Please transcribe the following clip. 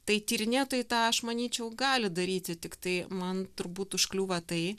tai tyrinėtojai tą aš manyčiau gali daryti tiktai man turbūt užkliūva tai